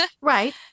Right